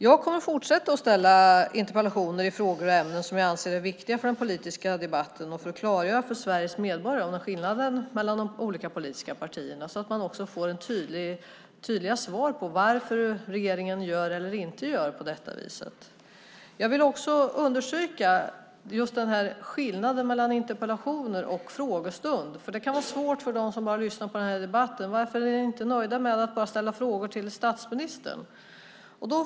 Jag kommer att fortsätta att ställa interpellationer i frågor och ämnen som jag anser är viktiga för den politiska debatten för att klargöra för Sveriges medborgare vad skillnaderna är mellan de olika politiska partierna, så att man också får tydliga svar på varför regeringen gör eller inte gör på ett visst sätt. Jag vill också understryka skillnaden mellan interpellationsdebatter och frågestund. Det kan nämligen vara svårt att förstå för dem som bara lyssnar på den här debatten varför vi inte är nöjda med att bara ställa frågor till statsministern.